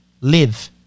live